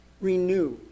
Renew